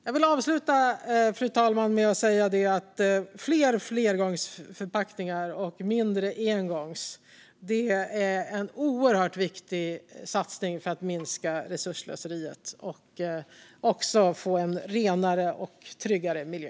Jag vill avsluta med att säga att fler flergångsförpackningar och färre engångsförpackningar är en oerhört viktig satsning för att minska resursslöseriet och för att få en renare och tryggare miljö.